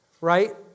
right